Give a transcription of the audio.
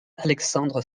alexandre